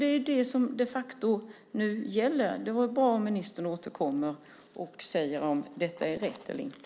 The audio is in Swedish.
Det är det som de facto gäller nu. Det vore bra om ministern kunde återkomma och säga om detta är rätt eller inte.